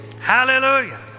Hallelujah